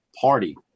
party